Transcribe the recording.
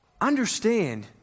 understand